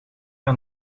aan